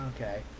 okay